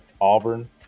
Auburn